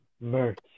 merch